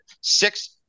six